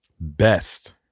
Best